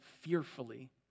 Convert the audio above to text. fearfully